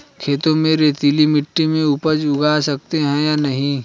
खेत में रेतीली मिटी में उपज उगा सकते हैं या नहीं?